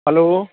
hello